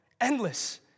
endless